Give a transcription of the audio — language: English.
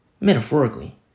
metaphorically